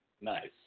Nice